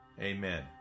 Amen